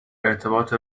ارتباط